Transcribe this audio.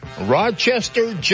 Rochester